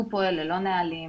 הוא פועל ללא נהלים,